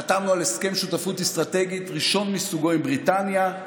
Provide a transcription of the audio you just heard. חתמנו על הסכם שותפות אסטרטגית ראשון מסוגו עם בריטניה.